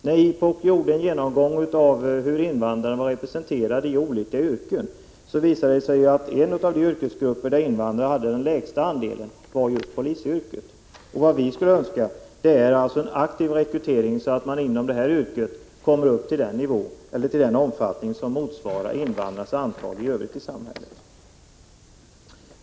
När IPOK gjorde en genomgång av hur invandrarna var representerade i olika yrken, visade det sig att en av de yrkesgrupper där invandrarna hade den lägsta andelen var just polisyrket. Vi önskar en aktiv rekrytering så att man inom polisyrket kommer upp till den nivå som motsvarar invandrarnas antal i övrigt i samhället.